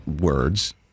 words